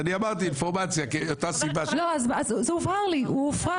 זה הובהר לי, הוא הופרש.